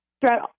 throughout